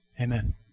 Amen